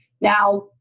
Now